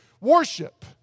worship